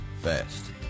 fast